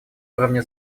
уровня